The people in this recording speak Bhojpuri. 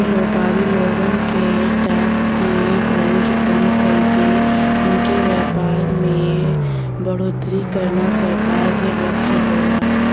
व्यापारी लोगन क टैक्स क बोझ कम कइके उनके व्यापार में बढ़ोतरी करना सरकार क लक्ष्य होला